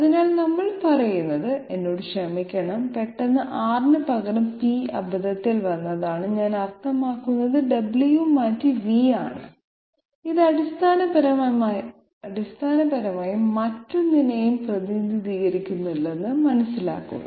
അതിനാൽ നമ്മൾ പറയുന്നത് എന്നോട് ക്ഷമിക്കണം പെട്ടെന്ന് R ന് പകരം P അബദ്ധത്തിൽ വന്നതാണ് ഞാൻ അർത്ഥമാക്കുന്നത് w മാറ്റി v ആണ് ഇത് അടിസ്ഥാനപരമായി മറ്റൊന്നിനെയും പ്രതിനിധീകരിക്കുന്നില്ലെന്ന് മനസ്സിലാക്കുക